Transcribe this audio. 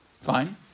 fine